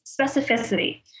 specificity